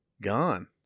gone